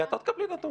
כי את לא תקבלי נתון.